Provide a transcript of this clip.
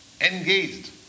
engaged